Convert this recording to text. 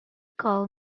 call